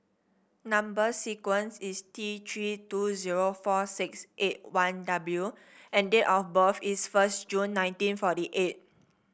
number sequence is T Three two zero four six eight one W and date of birth is first June nineteen forty eight